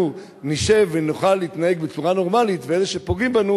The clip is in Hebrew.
נשב ונוכל להתנהג בצורה נורמלית ואלה שפוגעים בנו,